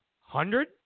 hundred